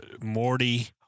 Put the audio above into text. Morty